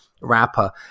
rapper